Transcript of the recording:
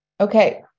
Okay